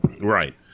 Right